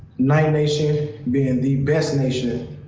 knight nation being the best nation,